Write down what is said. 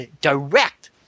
direct